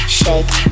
shake